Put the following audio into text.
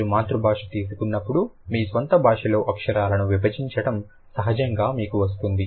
మీరు మాతృభాష తీసుకున్నప్పుడు మీ స్వంత భాషలో అక్షరాలను విభజించడం సహజంగా మీకు వస్తుంది